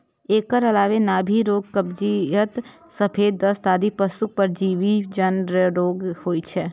एकर अलावे नाभि रोग, कब्जियत, सफेद दस्त आदि पशुक परजीवी जन्य रोग होइ छै